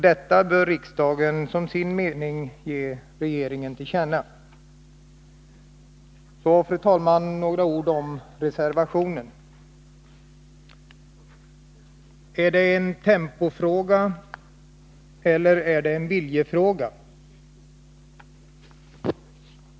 Detta bör riksdagen som sin mening ge regeringen till känna. Jag vill sedan, fru talman, säga några ord om reservationen. Är det som framförs i reservationen en ”tempofråga”, eller är det en ”viljefråga”?